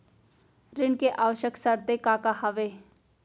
ऋण के आवश्यक शर्तें का का हवे?